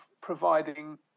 providing